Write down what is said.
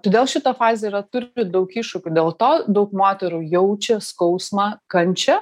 todėl šita fazė yra turi daug iššūkių dėl to daug moterų jaučia skausmą kančią